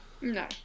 No